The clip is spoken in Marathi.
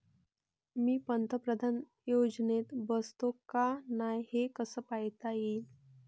मी पंतप्रधान योजनेत बसतो का नाय, हे कस पायता येईन?